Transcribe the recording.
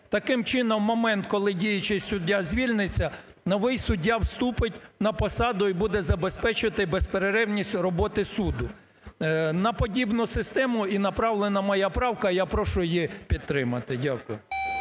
Таким чином, момент, коли діючий суддя звільниться, новий суддя вступить на посаду і буде забезпечувати безперервність роботи суду. На подібну систему і направлена моя правка. Я прошу її підтримати. Дякую.